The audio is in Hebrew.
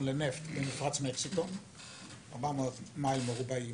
לנפט במפרץ מקסיקו שזה 400 מייל מרובעים